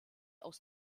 aus